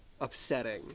upsetting